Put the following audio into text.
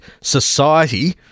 Society